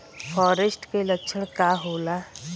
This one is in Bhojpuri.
फारेस्ट के लक्षण का होला?